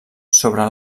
sobre